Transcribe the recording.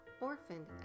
orphaned